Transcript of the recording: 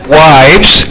wives